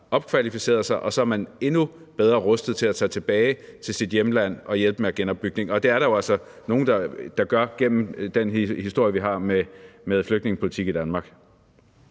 opkvalificeret sig, og så er man endnu bedre rustet til at tage tilbage til sit hjemland og hjælpe med genopbygning. Det er der jo altså nogle der har gjort gennem hele den historie, vi har, med flygtningepolitik i Danmark.